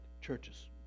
churches